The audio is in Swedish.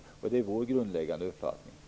Det är alltså vår grundläggande uppfattning.